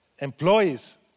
Employees